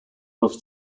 was